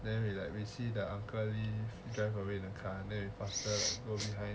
then we like we see the uncle leave drive away in a car then we faster go behind